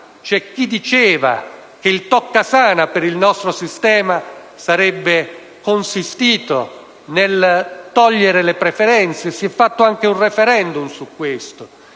c'è chi diceva che il toccasana per il nostro sistema sarebbe consistito nella eliminazione delle preferenze. Si è tenuto anche un *referendum* su questo.